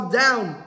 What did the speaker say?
down